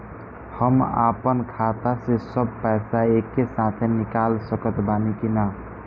हम आपन खाता से सब पैसा एके साथे निकाल सकत बानी की ना?